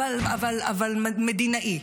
אבל מדינאי.